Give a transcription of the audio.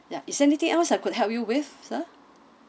ya is there anything else I could help you with sir